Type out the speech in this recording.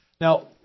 Now